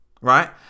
right